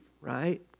right